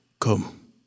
come